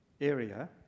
area